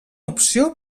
opció